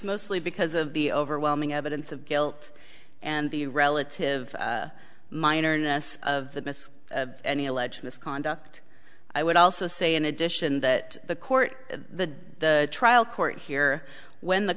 mostly because of the overwhelming evidence of guilt and the relative minor ness of the miss any alleged misconduct i would also say in addition that the court the trial court here when the